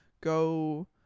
go